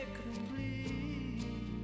complete